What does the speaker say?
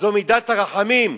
זו מידת הרחמים.